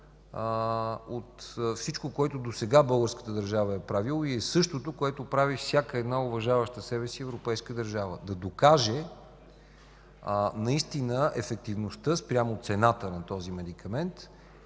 от всичко, което досега българската държава е правила и което прави всяка уважаваща себе си европейска държава – да докаже наистина ефективността спрямо цената на този медикамент